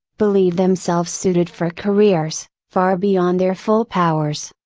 believe themselves suited for careers, far beyond their full powers.